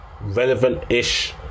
Relevant-ish